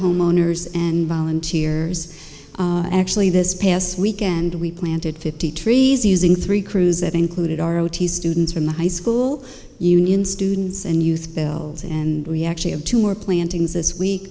homeowners and volunteers actually this past weekend we planted fifty trees using three crews that included our o t students from the high school union students and youth belles and we actually have two more plantings this week